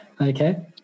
Okay